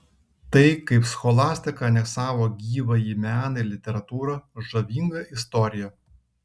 tai kaip scholastika aneksavo gyvąjį meną ir literatūrą žavinga istorija